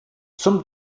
some